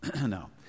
no